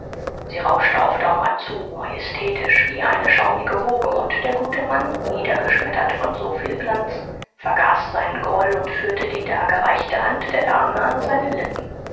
sie rauschte auf daumer zu majestätisch wie eine schaumige woge und der gute mann niedergeschmettert von so viel glanz vergaß seinen groll und führte die dargereichte hand der dame an seine lippen